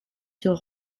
sur